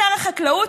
שר החקלאות,